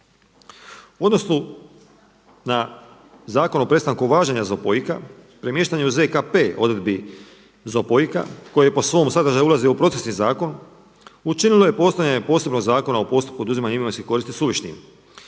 U odnosu na Zakon o prestanku važenja ZOPOIK-a premještanje u ZKP odredbi ZOPOIK-a koji po svom sadržaju ulazi u procesni zakon učinilo je postojanje posebnog Zakona o postupku oduzimanja imovinske koristi suvišnim